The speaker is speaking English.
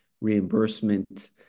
reimbursement